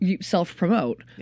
Self-promote